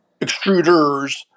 extruders